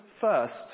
first